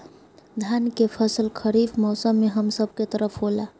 धान के फसल खरीफ मौसम में हम सब के तरफ होला